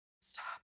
Stop